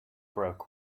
broke